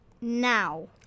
now